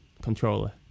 controller